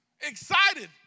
excited